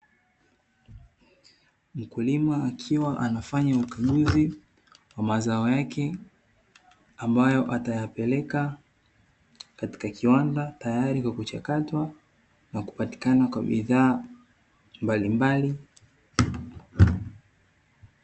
Mkulima akiwa anafanya ukaguzi wa mazao yake ambayo atayapeleka katika kiwanda, tayari kwa kuchakatwa na kupatikana kwa bidhaa mbalimbali.